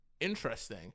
interesting